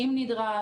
האם נדרש,